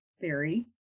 theory